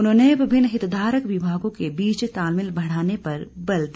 उन्होंने विभिन्न हितधारक विभागों के बीच तालमेल बढ़ाने पर बल दिया